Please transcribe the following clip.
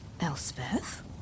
Elspeth